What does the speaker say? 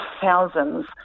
thousands